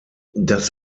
das